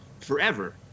forever